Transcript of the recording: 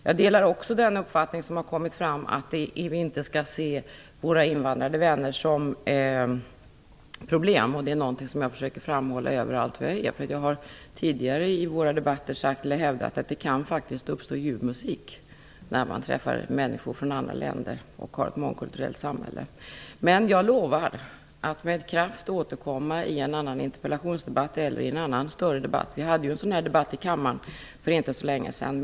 Jag delar också den uppfattning som har kommit fram att vi inte skall se våra invandrade vänner som problem. Det är något som jag försöker framhålla överallt där jag är. Jag har tidigare i våra debatter hävdat att det faktiskt kan uppstå ljuv musik när man träffar människor från andra länder och har ett mångkulturellt samhälle. Jag lovar att med kraft återkomma i en annan interpellationsdebatt eller i en annan större debatt. Vi hade ju en debatt om detta i kammaren för inte så länge sedan.